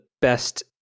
best